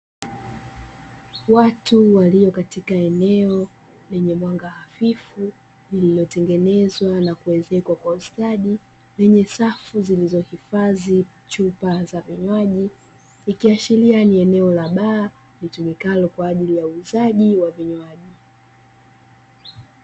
Watu walio katika eneo lenye mwanga hafifu, lililotengenezwa na kuwezekwa kwa ustadi, Lenye safu zilizohifadhi chupa za vinywaji. Likiashiria ni eneo la baa litumikalo kwa ajili ya uuzaji wa vinywaji.